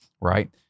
right